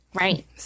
Right